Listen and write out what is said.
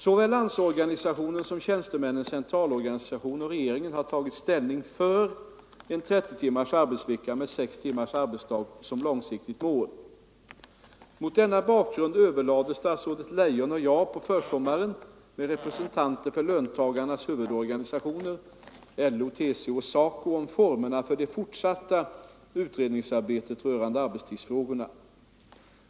Såväl Landsorganisationen som Tjänstemännens centralorganisation och regeringen har tagit ställning för en 30 timmars arbetsvecka med sex timmars arbetsdag som långsiktigt mål. Mot denna bakgrund överlade statsrådet Leijon och jag på försommaren med representanter för löntagarnas huvudorganisationer LO, TCO och SACO om formerna för det fortsatta utredningsarbetet rörande arbetstidsfrågorna.